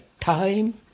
time